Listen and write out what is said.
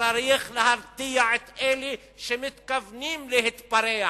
וצריך להרתיע את אלה שמתכוונים להתפרע.